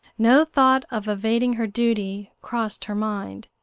no thought of evading her duty crossed her mind,